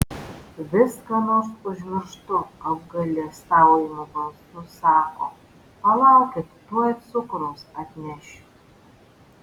vis ką nors užmirštu apgailestaujamu balsu sako palaukit tuoj cukraus atnešiu